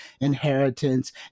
inheritance